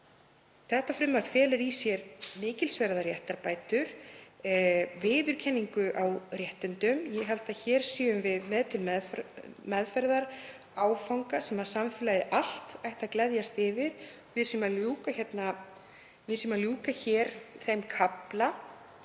annað. Frumvarpið felur í sér mikilsverðar réttarbætur og viðurkenningu á réttindum. Ég held að hér séum við með til meðferðar áfanga sem samfélagið allt ætti að gleðjast yfir. Við erum að ljúka hér þeim kafla